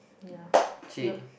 okay